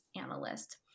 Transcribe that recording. analyst